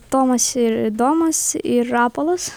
tomas ir domas ir rapolas